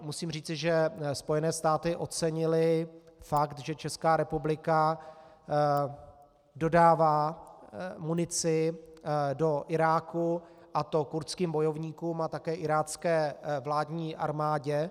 Musím říci, že Spojené státy ocenily fakt, že Česká republika dodává munici do Iráku, a to kurdským bojovníkům a také irácké vládní armádě.